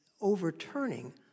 overturning